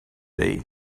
day